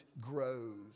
grows